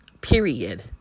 Period